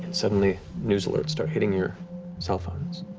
suddenly news alerts start hitting your cell phones,